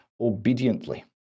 obediently